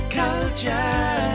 Culture